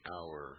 Hour